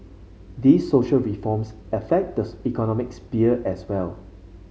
these social reforms affect this economic sphere as well